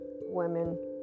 women